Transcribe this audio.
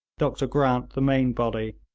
dr grant the main body,